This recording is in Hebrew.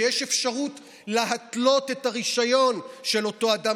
שיש אפשרות להתלות את הרישיון של אותו אדם